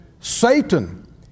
Satan